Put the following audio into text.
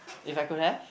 if I could have